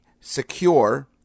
secure